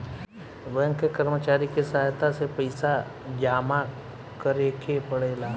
bank के कर्मचारी के सहायता से पइसा जामा करेके पड़ेला